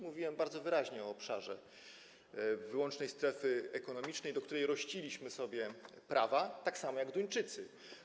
Mówiłem bardzo wyraźnie o obszarze wyłącznej strefy ekonomicznej, do której rościliśmy sobie prawa tak samo jak Duńczycy.